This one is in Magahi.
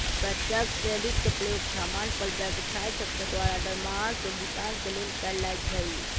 प्रत्यक्ष क्रेडिट के प्रयोग समान्य पर व्यवसाय सभके द्वारा दरमाहा के भुगतान के लेल कएल जाइ छइ